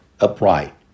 upright